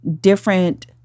different